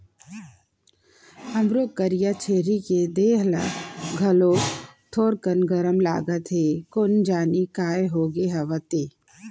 हमर करिया छेरी के देहे ह घलोक थोकिन गरम लागत हे कोन जनी काय होगे हवय ते?